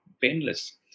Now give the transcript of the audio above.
painless